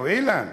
נו, אילן.